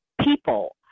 people